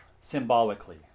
symbolically